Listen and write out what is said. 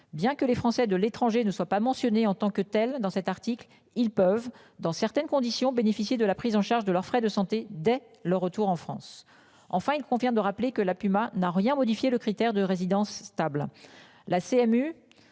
Bien que les Français de l'étranger ne soit pas mentionnée en tant que telle dans cet article, ils peuvent dans certaines conditions bénéficier de la prise en charge de leurs frais de santé dès le retour en France. Enfin, il convient de rappeler que la Puma n'a rien modifié le critère de résidence stable